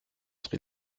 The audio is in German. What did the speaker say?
sri